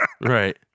right